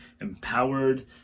empowered